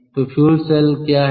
तो fuel cell क्या है